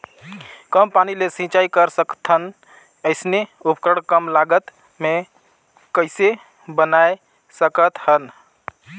कम पानी ले सिंचाई कर सकथन अइसने उपकरण कम लागत मे कइसे बनाय सकत हन?